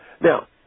Now